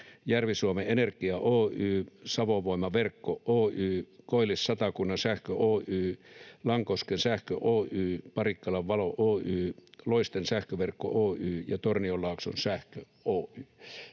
Järvi-Suomen Energia Oy, Savon Voima Verkko Oy, Koillis-Satakunnan Sähkö Oy, Lankosken Sähkö Oy, Parikkalan Valo Oy, Loiste Sähköverkko Oy ja Tornionlaakson Sähkö Oy.